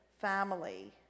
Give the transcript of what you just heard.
family